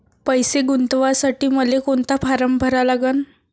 पैसे गुंतवासाठी मले कोंता फारम भरा लागन?